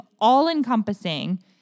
all-encompassing